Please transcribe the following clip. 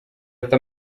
ati